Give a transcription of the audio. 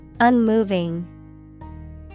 Unmoving